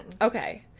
okay